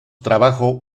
trabajo